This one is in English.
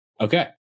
Okay